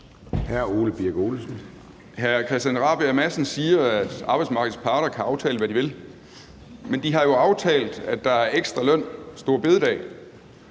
Ole Birk Olesen (LA): Hr. Christian Rabjerg Madsen siger, at arbejdsmarkedets parter kan aftale, hvad de vil, men de har jo aftalt, at der er ekstra løn store bededag.